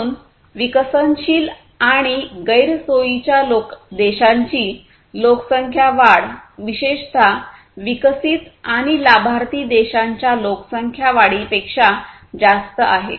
म्हणून विकसनशील आणि गैरसोयीच्या देशांची लोकसंख्या वाढ विशेषत विकसित आणि लाभार्थी देशांच्या लोकसंख्या वाढीपेक्षा जास्त आहे